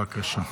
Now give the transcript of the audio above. בבקשה.